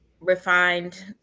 refined